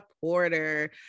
Porter